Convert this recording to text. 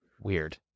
Weird